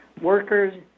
Workers